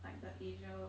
like the asia